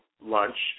lunch